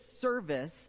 service